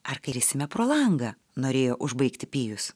ar krisime pro langą norėjo užbaigti pijus